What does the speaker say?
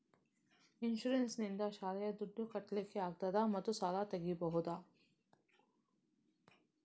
Insurance ನಿಂದ ಶಾಲೆಯ ದುಡ್ದು ಕಟ್ಲಿಕ್ಕೆ ಆಗ್ತದಾ ಮತ್ತು ಸಾಲ ತೆಗಿಬಹುದಾ?